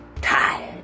tired